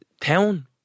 town